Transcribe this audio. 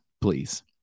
please